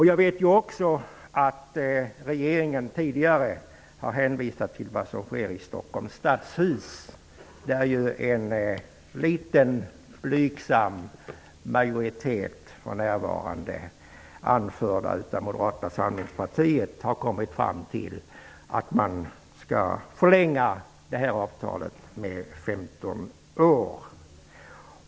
Jag vet också att regeringen tidigare har hänvisat till vad som sker i Stockholms stadshus, där en knapp majoritet, anförd av Moderata samlingspartiet, just nu har kommit fram till att man skall förlänga avtalet med 15 år.